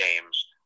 games